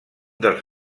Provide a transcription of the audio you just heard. dels